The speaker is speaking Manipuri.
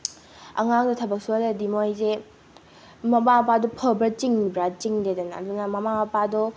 ꯑꯉꯥꯡꯗ ꯊꯕꯛ ꯁꯨꯍꯜꯂꯗꯤ ꯃꯣꯏꯁꯦ ꯃꯃꯥ ꯃꯄꯥꯗꯣ ꯐꯕ ꯆꯤꯡꯕ꯭ꯔꯥ ꯆꯤꯡꯗꯦꯗꯅ ꯑꯗꯨꯅ ꯃꯃꯥ ꯃꯄꯥꯗꯣ